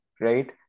right